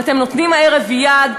ואתם נותנים הערב יד,